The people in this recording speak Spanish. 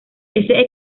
ese